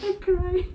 I cried